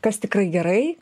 kas tikrai gerai